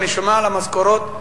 אני שומע על המשכורות,